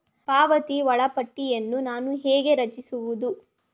ಪಾವತಿ ವೇಳಾಪಟ್ಟಿಯನ್ನು ನಾನು ಹೇಗೆ ರಚಿಸುವುದು?